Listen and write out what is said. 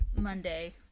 Monday